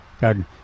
garden